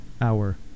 Hour